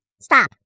Stop